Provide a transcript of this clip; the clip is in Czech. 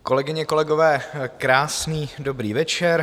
Kolegyně, kolegové, krásný dobrý večer.